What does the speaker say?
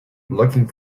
looking